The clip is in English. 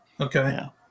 Okay